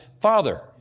Father